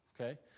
Okay